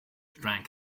drank